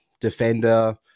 defender